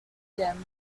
him